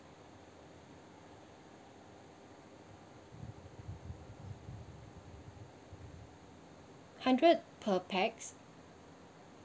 hundred per pax